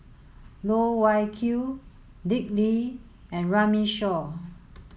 Loh Wai Kiew Dick Lee and Runme Shaw